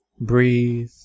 breathe